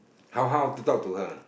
how how to talk to her